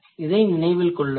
இதை நினைவில் கொள்ளுங்கள்